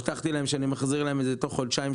הבטחתי להם שאני מחזיר להם את ההלוואות תוך חודשיים-שלושה,